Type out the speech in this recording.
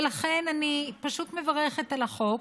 ולכן, אני פשוט מברכת על החוק,